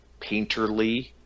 painterly